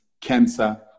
cancer